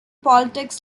politics